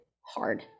hard